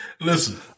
Listen